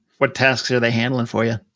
what tasks are they handling for you?